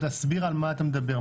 תסביר על מה אתה מדבר.